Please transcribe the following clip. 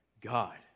God